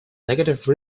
negative